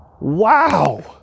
Wow